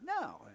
No